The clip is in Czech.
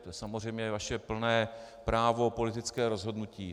To je samozřejmě vaše plné právo, politické rozhodnutí.